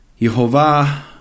Yehovah